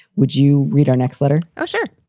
would you read our next letter? oh, sure.